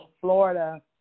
Florida